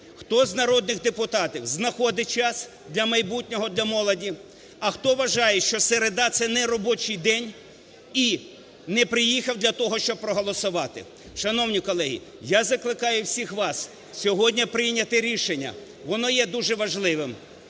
хто з народних депутатів знаходить час для майбутнього, для молоді, а хто вважає, що середа – це неробочий день і не приїхав для того, щоб проголосувати. Шановні колеги, я закликаю всіх вас сьогодні прийняти рішення, воно є дуже важливим.